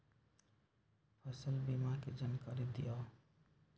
फसल बीमा के जानकारी दिअऊ?